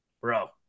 bro